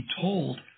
told